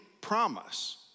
promise